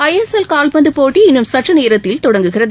ஐ S L கால்பந்து போட்டி இன்னும் சற்றுநேரத்தில் தொடங்குகிறது